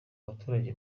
baturage